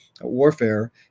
warfare